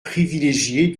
privilégiés